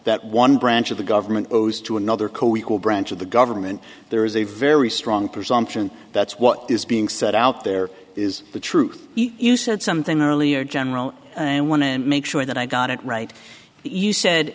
that one branch of the government goes to another co equal branch of the government there is a very strong presumption that's what is being said out there is the truth you said something earlier general and want to make sure that i got it right that you said